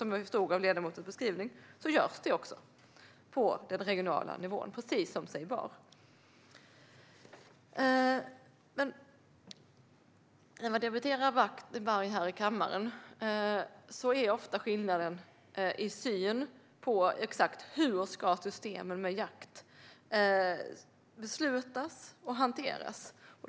Som jag förstod ledamotens beskrivning görs också detta på den regionala nivån, precis som sig bör. När man debatterar varg i kammaren ligger skillnaden ofta i synen på exakt hur systemen för jakt ska beslutas och hanteras.